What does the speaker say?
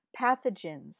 pathogens